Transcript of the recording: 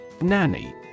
Nanny